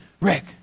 Rick